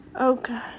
Okay